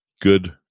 good